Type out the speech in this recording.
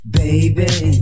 baby